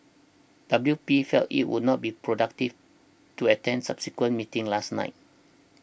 W P felt it would not be productive to attend subsequent meeting last night